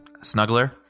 snuggler